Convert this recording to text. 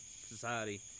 society